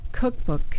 Cookbook